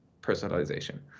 personalization